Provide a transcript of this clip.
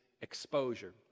exposure